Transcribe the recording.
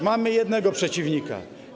Mamy jednego przeciwnika.